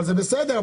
זה בסדר,